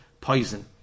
poison